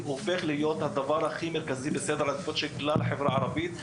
נושא החינוך בנגב הופך להיות בראש סדרי העדיפויות של כלל החברה הערבית,